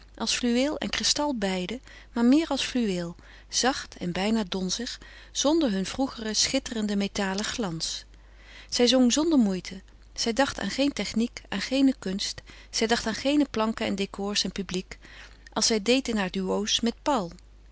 als fluweel en kristal beide maar meer als fluweel zacht en bijna donzig zonder hun vroegeren schitterenden metalen glans zij zong zonder moeite zij dacht aan geen techniek aan geene kunst zij dacht aan geene planken en décors en publiek als zij deed in haar duo's met paul